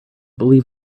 believe